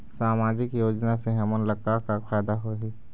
सामाजिक योजना से हमन ला का का फायदा होही?